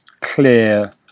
clear